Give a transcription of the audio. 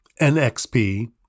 NXP